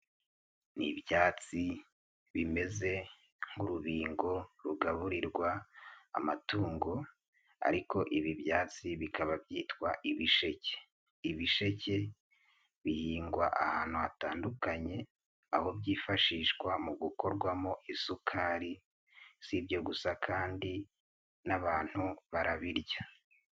Ni ibyatsi bimeze nk'urubingo rugaburirwa amatungo ariko ibi byatsi bikaba byitwa ibisheke, ibisheke bihingwa ahantu hatandukanye, aho byifashishwa mu gukorwamo isukari ,si ibyo gusa kandi n'abantu barabirya.